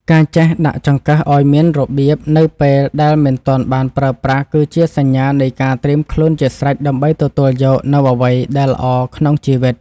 ការចេះដាក់ចង្កឹះឱ្យមានរបៀបនៅពេលដែលមិនទាន់បានប្រើប្រាស់គឺជាសញ្ញានៃការត្រៀមខ្លួនជាស្រេចដើម្បីទទួលយកនូវអ្វីដែលល្អក្នុងជីវិត។